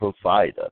provider